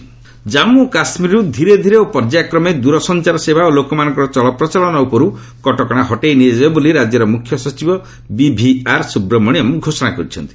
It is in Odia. ଜେକେ ସିଚ୍ରଏସନ୍ ଜନ୍ମୁ କାଶ୍ଳୀରରୁ ଧୀରେ ଓ ପର୍ଯ୍ୟାୟକ୍ରମେ ଦୂରସଞ୍ଚାର ସେବା ଓ ଲୋକମାନଙ୍କର ଚଳପ୍ରଚଳନ ଉପରୁ କଟକଣା ହଟାଇ ନିଆଯିବ ବୋଲି ରାଜ୍ୟର ମୁଖ୍ୟ ସଚିବ ବିଭିଆର୍ ସୁବ୍ରମଣ୍ୟମ୍ ଘୋଷଣା କରିଛନ୍ତି